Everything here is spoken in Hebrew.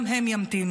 גם הם ימתינו.